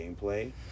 gameplay